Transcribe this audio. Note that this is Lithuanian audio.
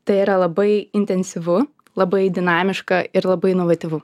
tai yra labai intensyvu labai dinamiška ir labai inovatyvu